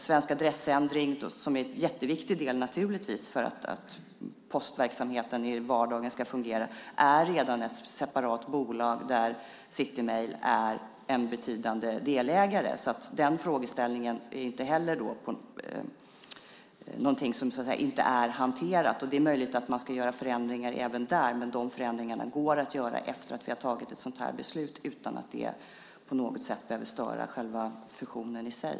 Svensk Adressändring, som naturligtvis är en mycket viktig del i att postverksamheten ska fungera i vardagen, är redan ett separat bolag där City Mail är en betydande delägare. Den frågeställningen är alltså inte heller något som så att säga inte har hanterats. Det är möjligt att man även där ska göra förändringar, men de förändringarna kan göras efter det att vi fattat beslut utan att det på något sätt behöver störa fusionen i sig.